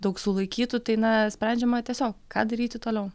daug sulaikytų tai na sprendžiama tiesiog ką daryti toliau